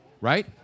right